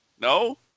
no